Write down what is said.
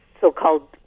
so-called